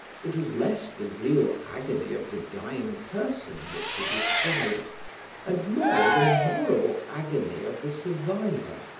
it was less the real agony of the dying person which he described and more the moral agony of the survivor,